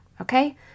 Okay